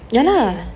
ya lah